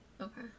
okay